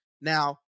Now